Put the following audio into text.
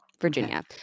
Virginia